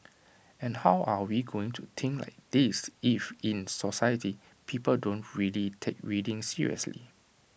and how are we going to think like this if in society people don't really take reading seriously